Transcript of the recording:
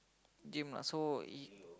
game lah so it